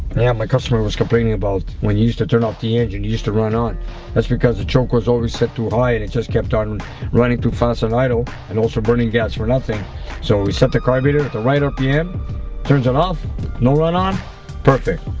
yeah my customer was complaining about when you used to turn off the engine you used to run on that's because the trunk was always set to high and it just kept on running through faster and idle and also burning gas for nothing so we set the carburetor at the right rpm turns it off no run on perfect